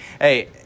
hey